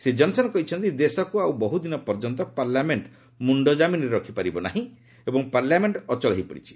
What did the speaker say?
Shri Johnson କହିଛନ୍ତି ଦେଶକୁ ଆଉ ବହୁଦିନ ପର୍ଯ୍ୟନ୍ତ ପାର୍ଲାମେଣ୍ଟ ମୁଣ୍ଡଜାମିନ୍ରେ ରଖିପାରିବ ନାହିଁ ଏବଂ ପାର୍ଲାମେଣ୍ଟ ଅଚଳ ହୋଇପଡ଼ିଛି